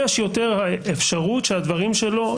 יש יותר אפשרות שהדברים שלו,